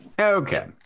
Okay